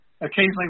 occasionally